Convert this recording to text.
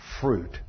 fruit